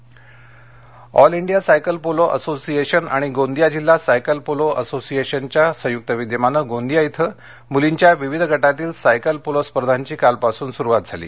cycle polo स्पर्धा Gondia all India cycle polo association आणि गोंदिया जिल्हा सायकल पोलो असोसिएशनच्या संयुक्त विद्यमाने गोंदिया इथं मुलींच्या विविध गटातील सायकल पोलो स्पर्धाची काल पासून सुरुवात झाली